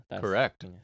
Correct